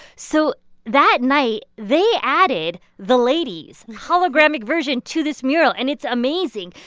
so that night, they added the ladies, holographic version to this mural. and it's amazing.